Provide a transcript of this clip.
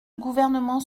gouvernement